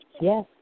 Yes